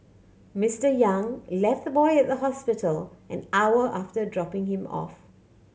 Mister Yang left the boy at the hospital an hour after dropping him off